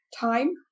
time